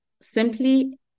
simply